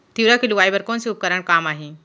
तिंवरा के लुआई बर कोन से उपकरण काम आही?